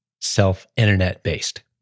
self-internet-based